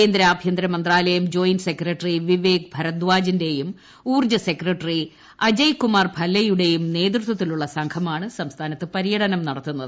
കേന്ദ്ര ആഭ്യന്തര മന്ത്രാലയം ജോയിന്റ് സെക്രട്ടറി വിവേക് ഭരദാജിന്റെയും ഊർജ സെക്രട്ടറി അജയ് കുമാർ ഭല്ലയുടെയും നേതൃത്വത്തിലുള്ള സംഘമാണ് സംസ്ഥാനത്ത് പര്യടനം നടത്തുന്നത്